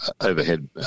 overhead